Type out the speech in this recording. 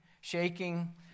shaking